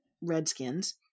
redskins